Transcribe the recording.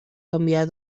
canviar